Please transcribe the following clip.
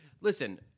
listen